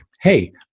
hey